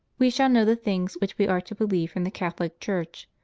we shall know the things which we are to believe from the catholic church,